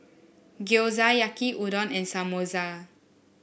Gyoza Yaki Udon and Samosa